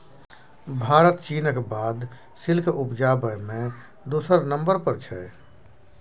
भारत चीनक बाद सिल्क उपजाबै मे दोसर नंबर पर छै